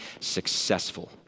successful